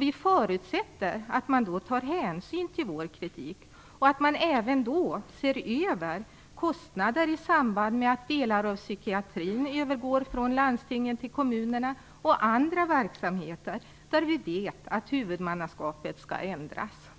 Vi förutsätter att man då tar hänsyn till vår kritik, och att man även då ser över kostnader i samband med att delar av psykiatrin övergår från landstingen till kommunerna och andra verksamheter där vi vet att huvudmannaskapet skall ändras.